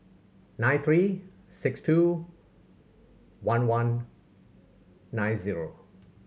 nine three six two one one nine zero